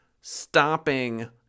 stopping